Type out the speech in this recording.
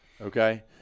okay